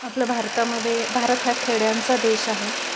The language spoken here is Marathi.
आपला भारतामध्ये भारत हा खेड्यांचा देश आहे